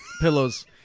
pillows